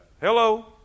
Hello